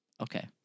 Okay